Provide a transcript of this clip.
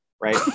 right